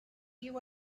you